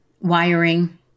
wiring